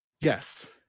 Yes